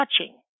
touching